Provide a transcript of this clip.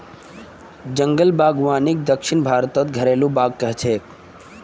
जंगल बागवानीक दक्षिण भारतत घरेलु बाग़ कह छे